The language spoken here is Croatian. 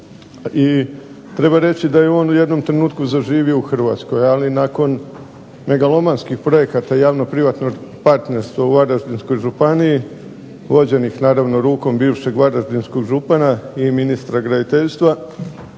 i treba reći da je on u jednom trenutku zaživio u Hrvatskoj ali nakon megalomanskih projekata javno-privatno partnerstvo u Varaždinskoj županiji vođenih naravno rukom bivšeg Varaždinskog župana i ministra graditeljstva,